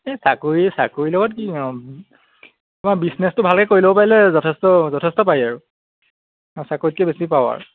এই চাকৰি চাকৰিৰ লগত কিনো বাৰু বিজনেছটো ভালকৈ কৰি ল'ব পাৰিলে যথেষ্ট যথেষ্ট পাৰি আৰু অঁ চাকৰিতকৈ বেছি পাওঁ আৰু